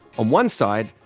on one side,